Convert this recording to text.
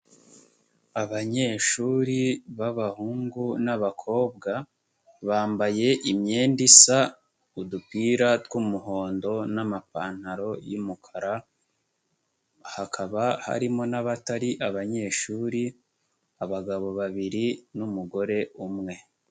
Abanyeshuri b'abahungu n'abakobwa, bambaye imyenda isa, udupira tw'umuhondo n'amapantaro y'umukara, hakaba harimo n'abatari abanyeshuri, abagabo babiri n'umugore umwe.